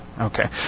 Okay